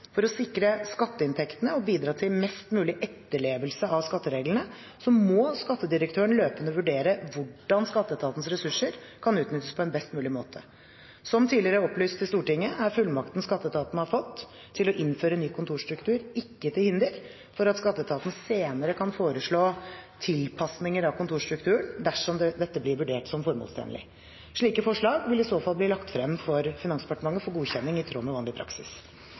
For å sikre skatteinntektene og bidra til mest mulig etterlevelse av skattereglene må skattedirektøren løpende vurdere hvordan skatteetatens ressurser kan utnyttes på en best mulig måte. Som tidligere opplyst til Stortinget er fullmakten skatteetaten har fått til å innføre ny kontorstruktur, ikke til hinder for at skatteetaten senere kan foreslå tilpasninger av kontorstrukturen dersom dette blir vurdert som formålstjenlig. Slike forslag vil i så fall bli lagt frem for Finansdepartementet for godkjenning i tråd med vanlig praksis.